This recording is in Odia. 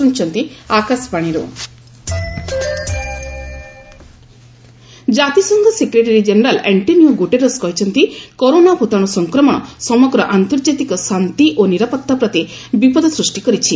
କରୋନା ୟୁଏନ୍ ଜାତିସଂଘ ସେକ୍ରେଟାରୀ ଜେନେରାଲ୍ ଆଷ୍ଟୋନିଓ ଗୁଟେରସ୍ କହିଛନ୍ତି କରୋନା ଭୂତାଣୁ ସଫକ୍ରମଣ ସମଗ୍ର ଆନ୍ତର୍ଜାତିକ ଶାନ୍ତି ଓ ନିରାପତ୍ତା ପ୍ରତି ବିପଦ ସୃଷ୍ଟି କରିଛି